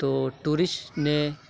تو ٹورسٹ نے